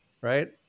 right